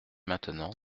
maintenant